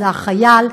זה החייל,